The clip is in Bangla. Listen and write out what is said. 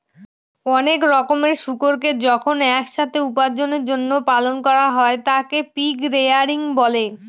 অনেক রকমের শুকুরকে যখন এক সাথে উপার্জনের জন্য পালন করা হয় তাকে পিগ রেয়ারিং বলে